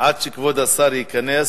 עד שכבוד השר ייכנס,